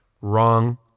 Wrong